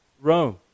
Rome